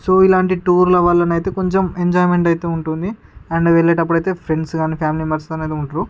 so ఇలాంటి టూర్ల వలన అయితే కొంచెం ఎంజాయ్మెంట్ ఉంటుంది అండ్ వెళ్లేటప్పుడు అయితే ఫ్రెండ్స్ని ఫ్యామిలీ మెంబర్స్ కాని ఉంటారు